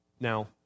Now